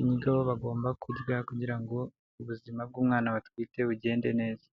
indyo bagomba kurya kugira ngo ubuzima bw'umwana batwite bugende neza.